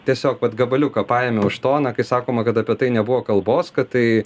tiesiog vat gabaliuką paėmiau iš to na kai sakoma kad apie tai nebuvo kalbos kad tai